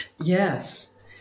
Yes